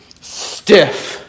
stiff